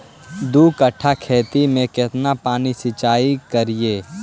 दू कट्ठा खेत में केतना पानी सीचाई करिए?